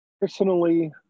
Personally